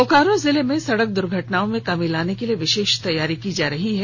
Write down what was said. बोकारो जिला में सड़क दुर्घटनाओं में कमी लाने के लिए विशेष तैयारी की जा रही है